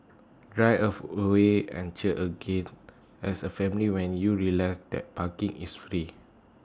drive of away and cheer again as A family when you realise that parking is free